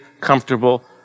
comfortable